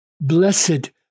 Blessed